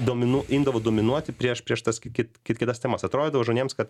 dominu imdavo dominuoti prieš prieš tas kit kit kitas temas atrodydavo žonėms kad